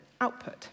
output